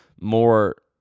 more